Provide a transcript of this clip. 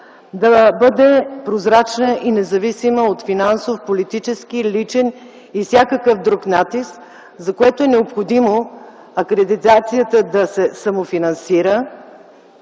да бъде прозрачна и независима от финансов, политически, личен и всякакъв друг натиск, за което е необходимо акредитацията да се самофинансира,